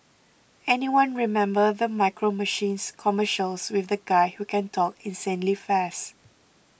anyone remember the Micro Machines commercials with the guy who can talk insanely fast